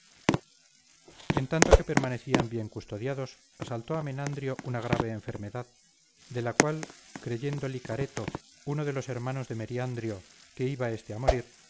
en tanto que permanecían bien custodiados asaltó a menandrio una grave enfermedad de la cual creyendo licareto uno de los hermanos de meriandrio que iba éste a morir